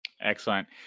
Excellent